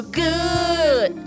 good